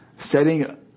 setting